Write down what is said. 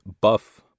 Buff